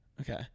okay